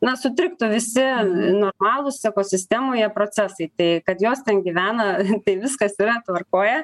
na sutriktų visi normalūs ekosistemoje procesai tai kad jos ten gyvena tai viskas yra tvarkoje